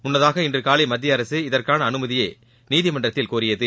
முன்னதாக இன்று காலை மத்திய அரசு இதற்கான அனுமதியை நீதிமன்றத்தில் கோரியது